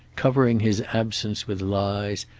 covering his absence with lies,